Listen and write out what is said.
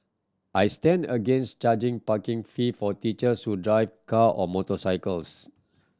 i stand against charging parking fee for teachers who drive car or motorcycles